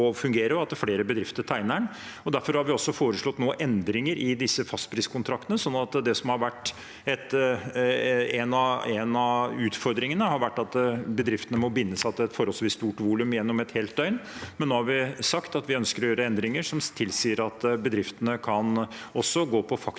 og at flere bedrifter tegner den. Derfor har vi også foreslått endringer i disse fastpriskontraktene nå. Det som har vært en av utfordringene, har vært at bedriftene må binde seg til et forholdsvis stort volum gjennom et helt døgn, men nå har vi sagt at vi ønsker å gjøre endringer som tilsier at bedriftene også kan gå på faktisk